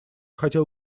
хотел